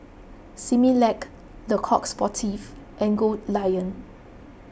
Similac Le Coq Sportif and Goldlion